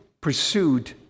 pursued